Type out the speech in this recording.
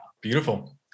Beautiful